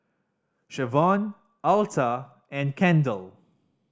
Shavonne Alta and Kendal